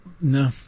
No